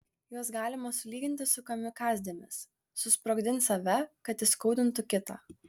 juos galima sulyginti su kamikadzėmis susprogdins save kad įskaudintų kitą